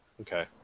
Okay